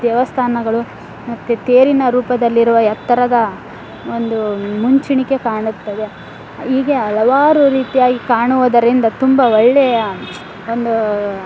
ದೇವಸ್ಥಾನಗಳು ಮತ್ತು ತೇರಿನ ರೂಪದಲ್ಲಿರುವ ಎತ್ತರದ ಒಂದು ಮುಂಚೂಣಿಕೆ ಕಾಣುತ್ತದೆ ಹೀಗೆ ಹಲವಾರು ರೀತಿಯಾಗಿ ಕಾಣುವುದರಿಂದ ತುಂಬ ಒಳ್ಳೆಯ ಒಂದು